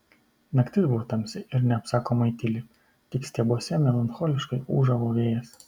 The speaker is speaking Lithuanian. naktis buvo tamsi ir neapsakomai tyli tik stiebuose melancholiškai ūžavo vėjas